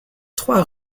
trois